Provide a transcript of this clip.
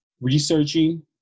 researching